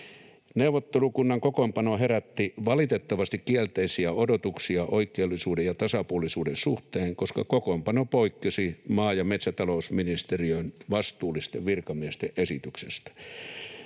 Neuvottelukunnan kokoonpano herätti valitettavasti kielteisiä odotuksia oikeellisuuden ja tasapuolisuuden suhteen, koska kokoonpano poikkesi maa- ja metsätalousministeriön vastuullisten virkamiesten esityksestä.